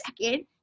second